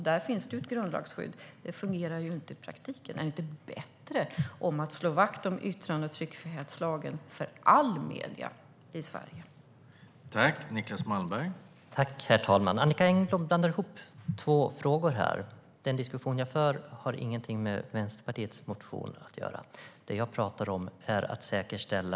Det finns ett grundlagsskydd, men det fungerar inte i praktiken.